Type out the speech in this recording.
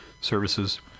services